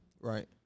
Right